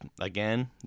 Again